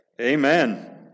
Amen